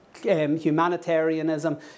Humanitarianism